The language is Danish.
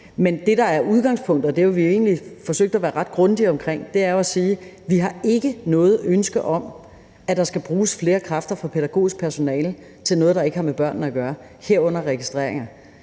Men det, der er udgangspunktet, og det har vi egentlig forsøgt at være grundige om, er, at vi ikke har noget ønske om, at der skal bruges flere kræfter hos det pædagogiske personale på noget, der ikke har med børnene at gøre, herunder registrering.